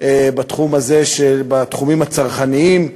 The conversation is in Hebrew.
בתחומים הצרכניים,